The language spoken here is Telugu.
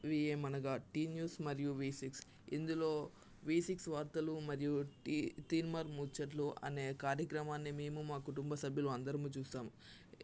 ఇవి ఏమనగా టీ న్యూస్ మరియు వీ సిక్స్ ఇందులో వీ సిక్స్ వార్తలు మరియు తీ తీన్మార్ ముచ్చట్లు అనే కార్యక్రమాన్ని మేము మా కుటుంబ సభ్యులము అందరము చూస్తాము